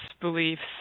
beliefs